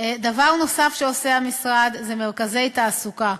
דבר נוסף שעושה המשרד זה מרכזי התעסוקה,